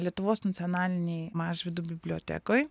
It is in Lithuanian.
lietuvos nacionalinėj mažvydo bibliotekoj